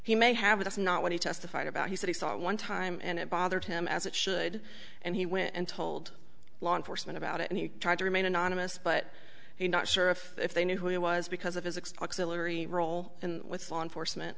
he may have that's not what he testified about he said he saw it one time and it bothered him as it should and he went and told law enforcement about it and he tried to remain anonymous but we're not sure if if they knew who he was because of his it's like celery roll in with law enforcement